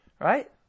Right